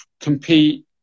compete